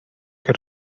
que